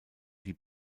die